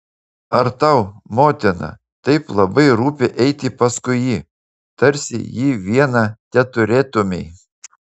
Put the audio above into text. ar tau motina taip labai rūpi eiti paskui jį tarsi jį vieną teturėtumei